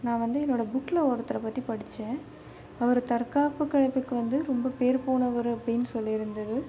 நான் வந்து என்னோடய புக்கில் ஒருத்தரை பற்றி படித்தேன் அவர் தற்காப்பு கலைப்புக்கு வந்து ரொம்ப பேர் போனவர் அப்படின்னு சொல்லியிருந்தது